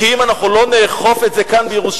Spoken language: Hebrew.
כי אם אנחנו לא נאכוף את זה כאן בירושלים,